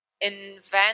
invent